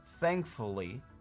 Thankfully